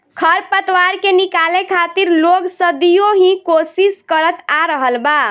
खर पतवार के निकाले खातिर लोग सदियों ही कोशिस करत आ रहल बा